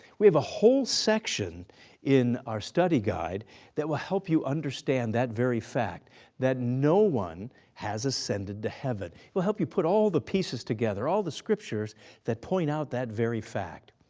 we have a whole section in our study guide that will help you understand that very fact that no one has ascended to heaven. it will help you put all the pieces together, all the scriptures that point out that very fact.